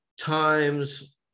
times